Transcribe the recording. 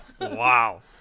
Wow